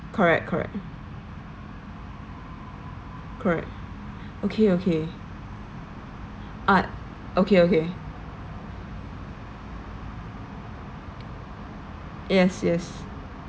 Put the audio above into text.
correct correct correct okay okay ah okay okay yes yes